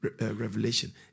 revelation